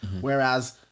Whereas